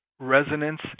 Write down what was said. Resonance